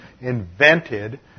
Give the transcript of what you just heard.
invented